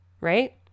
Right